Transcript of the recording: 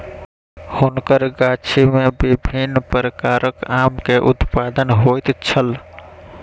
हुनकर गाछी में विभिन्न प्रकारक आम के उत्पादन होइत छल